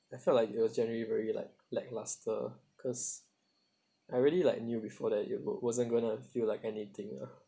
I felt like it was generally very like lackluster cause I already like knew before that it would wasn't going to feel like anything ah